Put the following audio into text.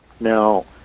Now